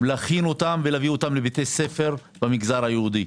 להכינם ולהביא אותם לבתי ספר במגזר היהודי.